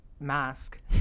mask